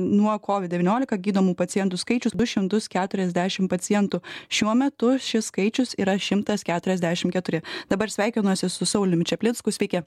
nuo kovid devyniolika gydomų pacientų skaičius du šimtus keturiasdešim pacientų šiuo metu šis skaičius yra šimtas keturiasdešim keturi dabar sveikinuosi su sauliumi čaplinsku sveiki